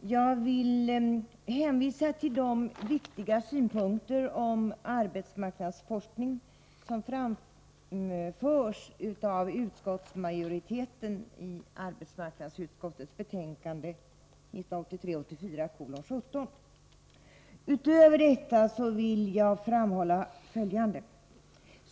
Jag vill hänvisa till de viktiga synpunkter på arbetsmarknadsforskning som framförs av utskottsmajoriteten i arbetsmarknadsutskottets betänkande 1983/84:17. Utöver detta vill jag framhålla följande.